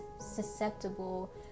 susceptible